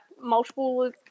multiple